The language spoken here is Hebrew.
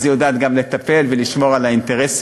אז היא יודעת גם לטפל ולשמור על האינטרסים.